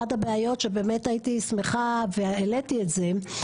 אחת הבעיות שבאמת הייתי שמחה והעליתי את זה,